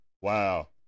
Wow